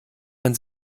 man